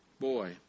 boy